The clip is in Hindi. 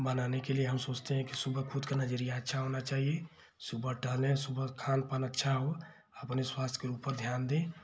बनाने के लिए हम सोचते हैं कि सुबह खुद का नजरिया अच्छा होना चाहिए सुबह टहलें सुबह खान पान अच्छा हो अपने स्वास्थ्य के ऊपर ध्यान दें